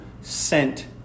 sent